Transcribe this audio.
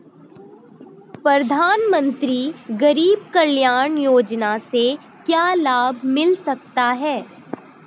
प्रधानमंत्री गरीब कल्याण योजना से क्या लाभ मिल सकता है?